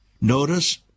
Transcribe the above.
Notice